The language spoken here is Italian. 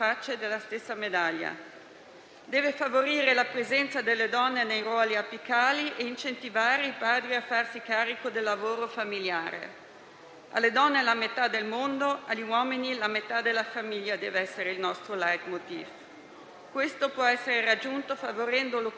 istituita sulla base dell'articolo 2 del Trattato sull'Unione europea, che dice di basarsi sui valori della non discriminazione e della parità tra uomini e donne. L'Italia, uno dei Paesi fondatori dell'Unione europea,